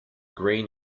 green